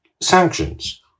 sanctions